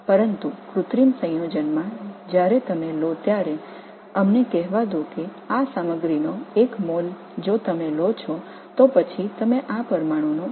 ஆனால் நீங்கள் எடுக்கும் போது செயற்கை அமைப்பில் எடுத்துக்கொண்டால் இந்த பொருளின் ஒரு மோல் எதுவாக இருந்தாலும் சொல்லலாம் இந்த மூலக்கூறின் அவகாட்ரோ எண்ணை எடுத்துக் கொள்ளுங்கள்